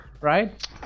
Right